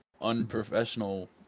unprofessional